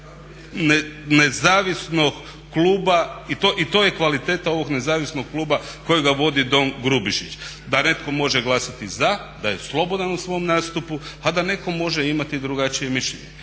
jesmo. I to je kvaliteta ovog nezavisnog kluba kojega vodi don Grubišić, da netko može glasati za, da je slobodan u svom nastupu a da netko može imati i drugačije mišljenje.